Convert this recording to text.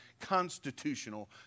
Constitutional